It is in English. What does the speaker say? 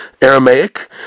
Aramaic